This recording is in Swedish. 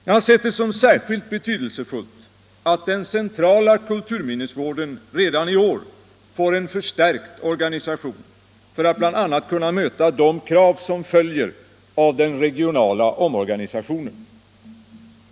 Jag har sett det som särskilt betydelsefullt att den centrala kulturminnesvården redan i år får en förstärkt organisation för att bl.a. kunna möta de krav som följer av den regionala omorganisationen.